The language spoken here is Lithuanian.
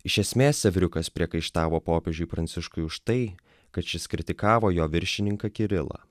iš esmės sevriukas priekaištavo popiežiui pranciškui už tai kad šis kritikavo jo viršininką kirilą